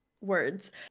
Words